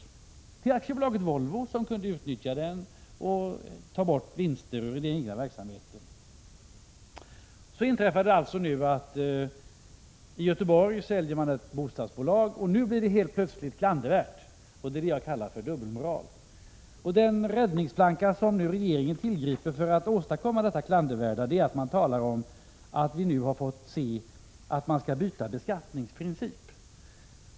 Bolaget såldes till AB Volvo, som kunde utnyttja förlusten och därmed ta bort vinster ur den egna verksamheten. Så inträffar försäljningen i Göteborg av ett bostadsbolag. Nu blir det helt plötsligt klandervärt att utnyttja möjligheterna till förlustavdrag. Det är detta jag kallar för dubbelmoral. Den räddningsplanka som regeringen nu tillgriper för att åstadkomma detta klandervärda är att tala om att man skall byta beskattningsprincip.